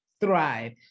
thrive